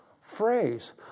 phrase